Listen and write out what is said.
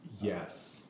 Yes